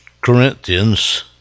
Corinthians